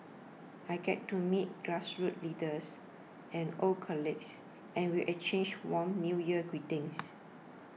I get to meet grassroots leaders and old colleagues and we exchange warm New Year greetings